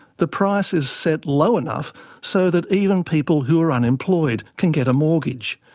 the price is set low enough so that even people who are unemployed can get a mortgage.